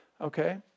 okay